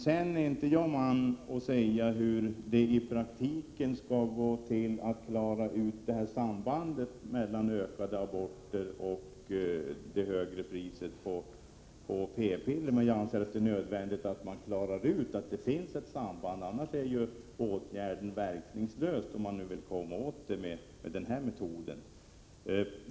Jag är inte man att säga hur det i praktiken skall gå till att klara ut sambandet mellan det ökade antalet aborter och det högre priset på p-piller, men jag anser att det är nödvändigt att klara ut att det finns ett samband, annars är den här åtgärden verkningslös.